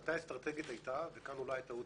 ההחלטה האסטרטגית היתה וכאן אולי היתה הטעות